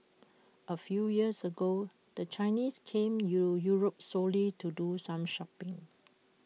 A few years ago the Chinese came to Europe solely to do some shopping